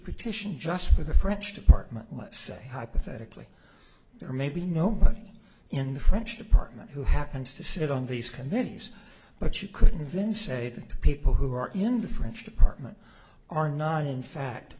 petition just for the french department let's say hypothetically there may be no money in the french department who happens to sit on these committees but you could then say that people who are in the french department are not in fact